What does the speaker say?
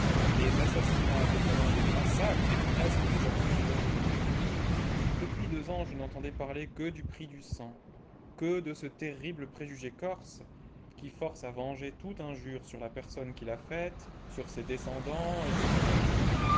les assassinats devenant des massacres et presque des actions glorieuses depuis deux ans je n'entendais parler que du prix du sang que de ce terrible préjugé corse qui force à venger toute injure sur la personne qui l'a faite sur ses descendants et ses proches